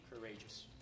courageous